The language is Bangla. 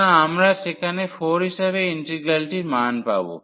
সুতরাং আমরা সেখানে 4 ইিসাবে ইন্টিগ্রালটির মান পাব